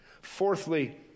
Fourthly